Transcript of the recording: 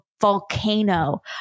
volcano